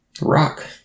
Rock